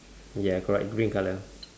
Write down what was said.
ya correct green colour